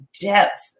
depth